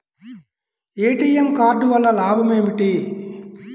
ATM card వల్ల లాభం ఏమిటి?